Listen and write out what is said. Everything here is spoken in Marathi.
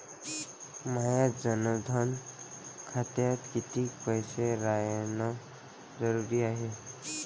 माया जनधन खात्यात कितीक पैसे रायन जरुरी हाय?